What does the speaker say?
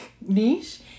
niche